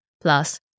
plus